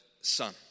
son